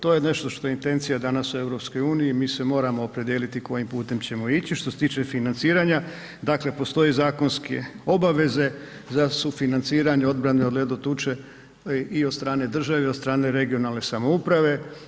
To je nešto što je intencija danas u EU, mi se moramo opredijeliti kojim putem ćemo ići što se tiče financiranja, dakle postoje zakonske obaveze za sufinanciranje odbrane od ledotuče i od strane države i od strane regionalne samouprave.